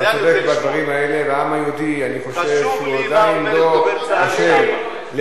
אני רוצה לשמוע אותך.